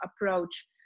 approach